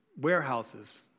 warehouses